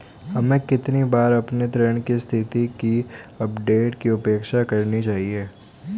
हमें कितनी बार अपने ऋण की स्थिति पर अपडेट की अपेक्षा करनी चाहिए?